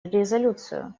резолюцию